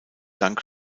dank